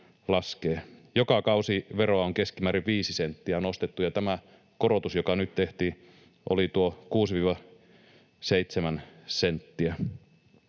Joka kausi veroa on keskimäärin 5 senttiä nostettu, ja tämä korotus, joka nyt tehtiin, oli tuo 6—7 senttiä.